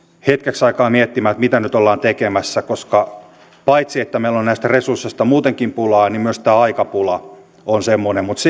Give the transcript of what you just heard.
hetken aikaa miettimään mitä nyt ollaan tekemässä koska paitsi että meillä on näistä resursseista muutenkin pulaa myös tämä aikapula on semmoinen mutta